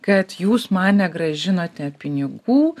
kad jūs man negrąžinote pinigų